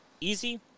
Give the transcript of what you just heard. easy